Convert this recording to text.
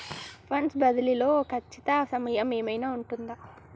Funds బదిలీ లో ఖచ్చిత సమయం ఏమైనా ఉంటుందా?